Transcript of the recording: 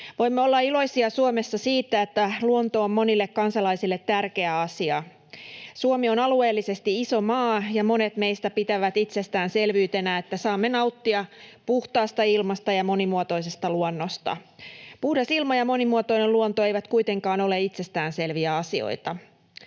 Voimme olla iloisia Suomessa siitä, että luonto on monille kansalaisille tärkeä asia. Suomi on alueellisesti iso maa, ja monet meistä pitävät itsestäänselvyytenä, että saamme nauttia puhtaasta ilmasta ja monimuotoisesta luonnosta. Puhdas ilma ja monimuotoinen luonto eivät kuitenkaan ole itsestäänselviä asioita.